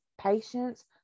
patients